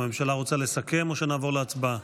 הממשלה רוצה לסכם או שנעבור להצבעה?